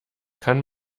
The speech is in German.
kann